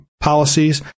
policies